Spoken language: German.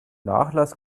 nachlass